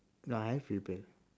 I have rebel